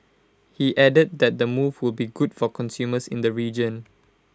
he added that the move will be good for consumers in the region